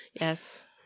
Yes